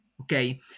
okay